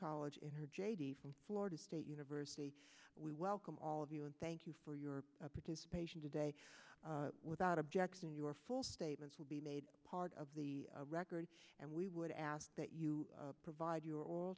college in her j d from florida state university we welcome all of you and thank you for your participation today without objection your full statements will be made part of the record and we would ask that you provide your all